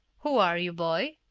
who are you, boy?